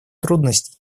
трудностей